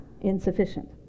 insufficient